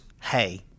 hey